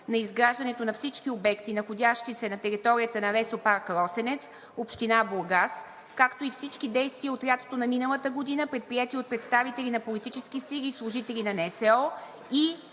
на изграждането на всички обекти, находящи се на територията на Лесопарк „Росенец“, община Бургас, както и всички действия от лятото на миналата година, предприети от представители на политически сили и служители на НСО.